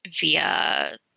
via